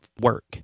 work